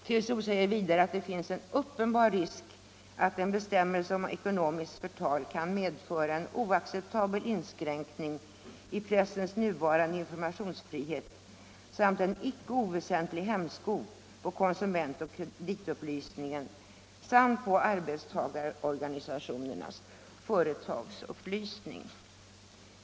TCO säger vidare att det finns en uppenbar risk för att en bestämmelse om ekonomiskt förtal ”kan medföra en oacceptabel inskränkning i pressens nuvarande informationsfrihet samt en icke oväsentlig hämsko på konsumentoch kreditupplysningen samt på arbetstagarorganisationernas företagsupplysning”.